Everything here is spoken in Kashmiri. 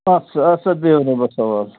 اَدٕ سا اَدٕ سا بِہِو رۅبَس حَوال